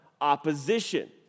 Opposition